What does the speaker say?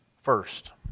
first